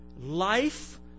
life